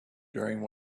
during